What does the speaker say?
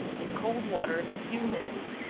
in cold water a few minutes,